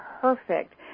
perfect